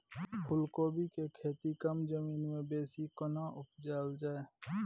फूलकोबी के खेती कम जमीन मे बेसी केना उपजायल जाय?